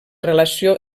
relació